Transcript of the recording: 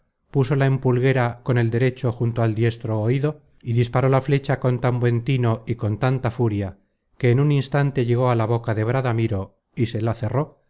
puso la empulguera con el derecho junto al diestro oido y disparó content from google book search generated at va la fecha con tan buen tino y con tanta furia que en un instante llegó a la boca de bradamiro y se la cerró